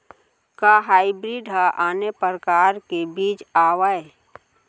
का हाइब्रिड हा आने परकार के बीज आवय?